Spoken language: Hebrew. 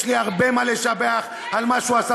יש לי הרבה מה לשבח על מה שהוא עשה